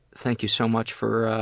thank you so much for